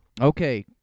Okay